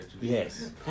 yes